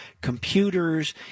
computers